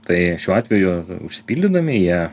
tai šiuo atveju užsipildydami jie